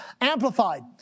Amplified